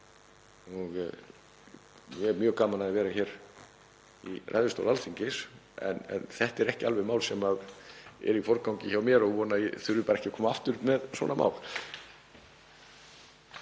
Ég hef mjög gaman af því að vera hér í ræðustóli Alþingis en þetta er ekki alveg mál sem er í forgangi hjá mér og ég vona að ég þurfi ekki að koma aftur með svona mál.